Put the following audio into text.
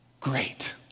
Great